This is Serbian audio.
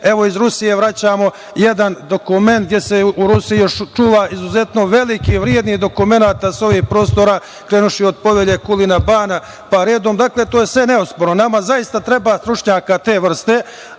evo iz Rusije vraćamo na jedan dokument, gde se u Rusiju još čuva izuzetno veliki i vredni dokument sa ovih prostora, krenuvši od Povelje Kulina bana, pa redom, dakle, to je sve neosporno. Nama zaista treba stručnjaka te vrste. Moja